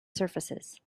surfaces